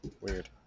Weird